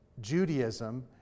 Judaism